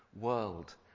world